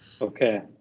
Okay